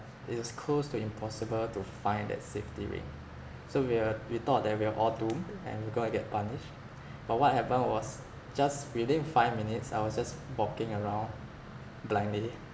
it was close to impossible to find that safety ring so we were we thought that we are all doomed and we going to get punished but what happened was just within five minutes I was just walking around blindly